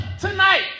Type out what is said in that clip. tonight